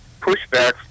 pushbacks